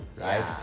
right